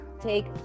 take